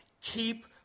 Keep